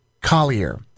Collier